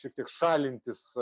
šiek tiek šalintis